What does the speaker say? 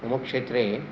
मम क्षेत्रे